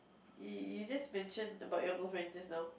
you just mentioned about your girlfriend just now